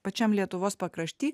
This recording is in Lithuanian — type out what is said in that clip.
pačiam lietuvos pakrašty